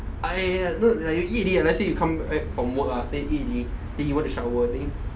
ah ya ya no like you eat already ah let's say you come back from work ah then you eat already then you want to shower